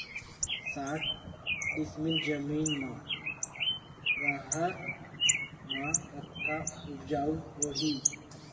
साठ डिसमिल जमीन म रहर म कतका उपजाऊ होही?